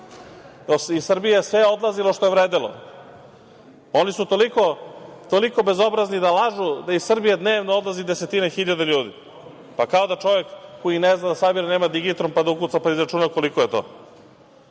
Iz Srbije je sve odlazilo što je vredelo. Oni su toliko bezobrazni da lažu da iz Srbije dnevno odlazi desetine hiljada ljudi. Kao da čovek koji ne zna da sabira nema digitron pa da ukuca pa da izračuna koliko je to.